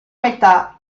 metà